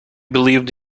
believed